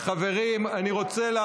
אתה מאפשר לנו